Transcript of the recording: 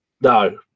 no